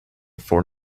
for